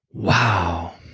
wow.